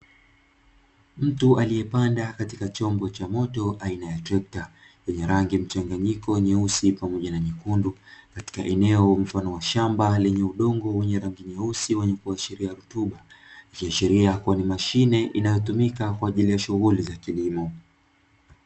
Mtu aliyepanda kwenye chombo cha moto aina ya trekta chenye, rangi mchanganyiko nyeupe pamoja na nyekundu katika eneo. mfano wa shamba lenye udongo rangi nyeusi wenye kuashiria, rutuba ikiwa inaashiria ni mashine inayotumika kwa ajili ya kilimo.